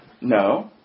No